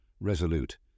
resolute